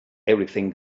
everything